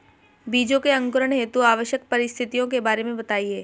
बीजों के अंकुरण हेतु आवश्यक परिस्थितियों के बारे में बताइए